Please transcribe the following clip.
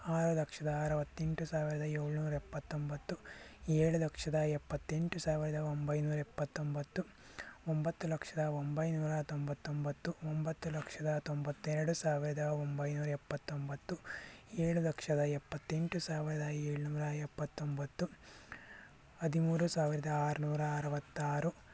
ಆರು ಲಕ್ಷದ ಅರವತ್ತೆಂಟು ಸಾವಿರದ ಏಳ್ನೂರ ಎಪ್ಪತ್ತೊಂಬತ್ತು ಏಳು ಲಕ್ಷದ ಎಪ್ಪತ್ತೆಂಟು ಸಾವಿರದ ಒಂಬೈನೂರ ಎಪ್ಪತ್ತೊಂಬತ್ತು ಒಂಬತ್ತು ಲಕ್ಷ ದ ಒಂಬೈನೂರ ತೊಂಬತ್ತೊಂಬತ್ತು ಒಂಬತ್ತು ಲಕ್ಷದ ತೊಂಬತ್ತೆರಡು ಸಾವಿರದ ಒಂಬೈನೂರ ಎಪ್ಪತ್ತೊಂಬತ್ತು ಏಳು ಲಕ್ಷದ ಎಪ್ಪತ್ತೆಂಟು ಸಾವಿರದ ಏಳುನೂರ ಎಪ್ಪತ್ತೊಂಬತ್ತು ಹದಿಮೂರು ಸಾವಿರದ ಆರುನೂರ ಅರವತ್ತಾರು